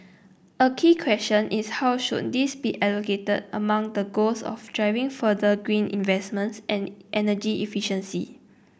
a key question is how should these be allocated among the goals of driving further green investments and energy efficiency